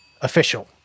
official